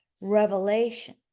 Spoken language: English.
revelation